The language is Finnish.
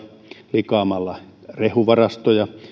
likaamalla rehuvarastoja